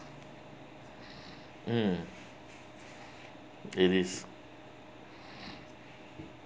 mm it is